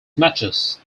matches